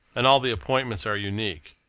and all the appointments are unique.